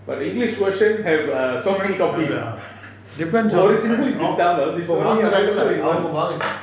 but english version have so many copies originally it is in tamil but only available in one